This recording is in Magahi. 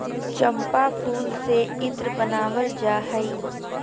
चम्पा फूल से इत्र बनावल जा हइ